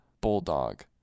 bulldog